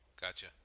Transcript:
Gotcha